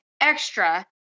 extra